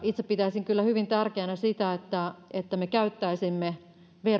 itse pitäisin kyllä hyvin tärkeänä sitä että että me käyttäisimme